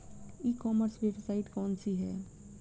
ई commerce website कौन सी है?